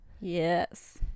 Yes